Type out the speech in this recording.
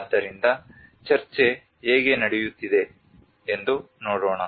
ಆದ್ದರಿಂದ ಚರ್ಚೆ ಹೇಗೆ ನಡೆಯುತ್ತಿದೆ ಎಂದು ನೋಡೋಣ